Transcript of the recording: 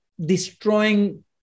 destroying